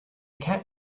cat